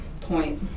point